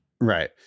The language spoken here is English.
Right